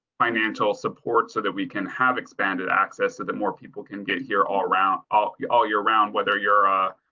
financial support so that we can have expanded access to that more. people can get here all around all yeah all year round. whether you're a.